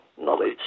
knowledge